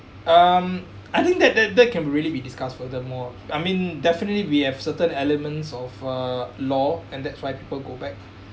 um I think that that that can really be discussed further more I mean definitely we have certain elements of uh law and that's why people go back